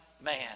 man